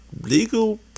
legal